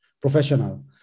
professional